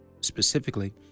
specifically